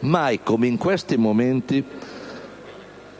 Mai come in momenti